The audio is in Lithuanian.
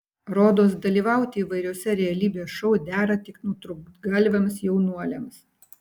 rodos dalyvauti įvairiuose realybės šou dera tik nutrūktgalviams jaunuoliams